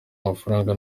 amafaranga